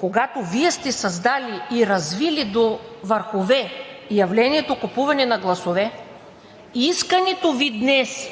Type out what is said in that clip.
когато Вие сте създали и развили до върхове явлението купуване на гласове, искането Ви днес,